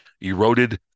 eroded